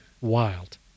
Wild